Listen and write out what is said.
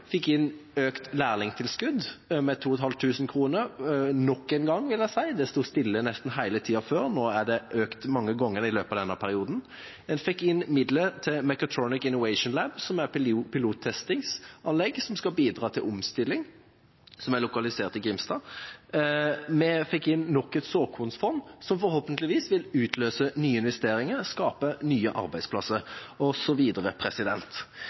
fikk inn økt lærlingtilskudd med 2 500 kr – nok en gang, vil jeg si, det sto stille nesten hele tida før, nå er det økt mange ganger i løpet av denne perioden – en fikk inn midler til Mechatronics Innovation Lab, som er et pilottestingsanlegg som skal bidra til omstilling, og er lokalisert i Grimstad, vi fikk inn nok et såkornsfond, som forhåpentligvis vil utløse nye investeringer, skape nye arbeidsplasser,